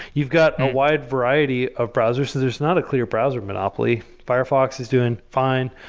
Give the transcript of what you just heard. you've got a wide variety of browsers, so there's not a clear browser monopoly. firefox is doing fine.